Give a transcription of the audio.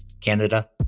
Canada